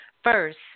First